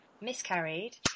miscarried